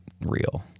real